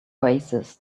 oasis